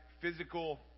physical